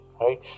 Right